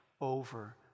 over